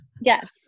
yes